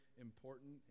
important